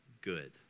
good